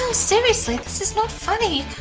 so seriously this is not funny